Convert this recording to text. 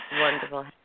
wonderful